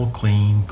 clean